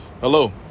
Hello